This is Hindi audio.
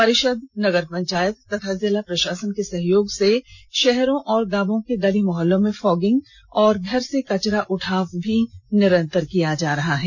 परिषद नगर पंचायत तथा जिला प्रशासन के सहयोग से शहरों एवं गांवों के गली मुहल्लों में फॉगिग और घर से कचरा उठाव भी निरंतर किया जा रहा है